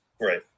Right